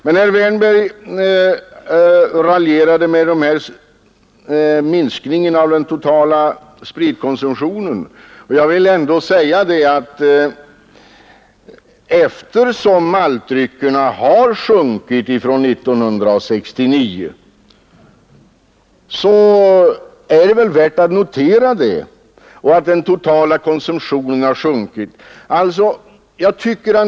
Herr Wärnberg raljerade med minskningen av den totala alkoholkonsumtionen. Jag vill framhålla att det förhållandet, att den totala konsumtionen av maltdrycker har sjunkit från 1969, väl ändå är värt att notera.